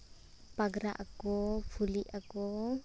ᱯᱟᱜᱽᱨᱟᱜ ᱟᱠᱚ ᱯᱷᱩᱞᱤᱜ ᱟᱠᱚ